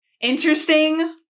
interesting